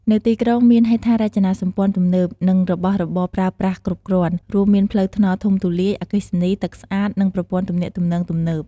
នៅទីក្រុងមានហេដ្ឋារចនាសម្ព័ន្ធទំនើប និងរបស់របរប្រើប្រាស់គ្រប់គ្រាន់ រួមមានផ្លូវថ្នល់ធំទូលាយ អគ្គិសនី ទឹកស្អាត និងប្រព័ន្ធទំនាក់ទំនងទំនើប។